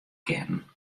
kinnen